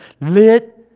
lit